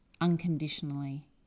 unconditionally